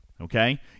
Okay